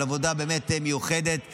על עבודה באמת מיוחדת וסיזיפית.